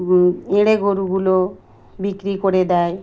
এড়ে গরুগুলো বিক্রি করে দেয়